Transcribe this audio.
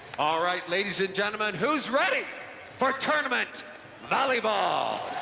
all right, ladies and gentlemen, who's ready for tournament volleyball!